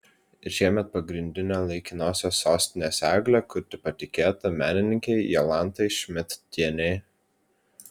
ir šiemet pagrindinę laikinosios sostinės eglę kurti patikėta menininkei jolantai šmidtienei